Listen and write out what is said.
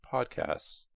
Podcasts